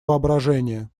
воображения